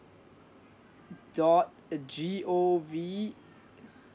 uh dot uh G_O_V